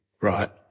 Right